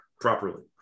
properly